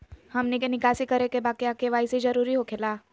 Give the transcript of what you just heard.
हमनी के निकासी करे के बा क्या के.वाई.सी जरूरी हो खेला?